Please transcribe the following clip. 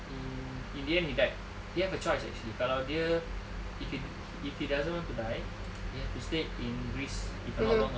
mm in the end he died he have a choice actually kalau dia if he if he doesn't want to die he has to stay in greece if I'm not wrong lah